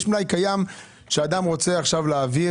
יש מלאי קיים שאדם רוצה להעביר